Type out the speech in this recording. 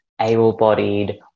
able-bodied